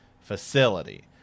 facility